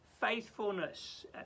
faithfulness